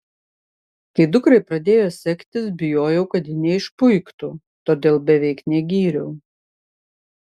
kai dukrai pradėjo sektis bijojau kad ji neišpuiktų todėl beveik negyriau